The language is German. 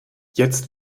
jetzt